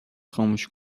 خاموش